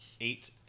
Eight